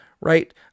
right